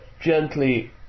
gently